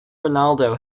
ronaldo